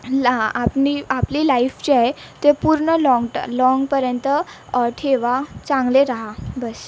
रहा अपनी आपली लाईफ जी आहे ते पूर्ण लाँग ट लाँगपर्यंत ठेवा चांगले राहा बस्स